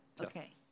Okay